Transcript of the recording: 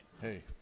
Hey